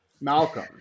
Malcolm